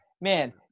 Man